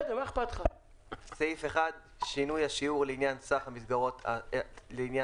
שינוי השיעור לעניין סך מסגרות האשראי